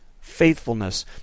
faithfulness